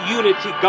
unity